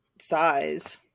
size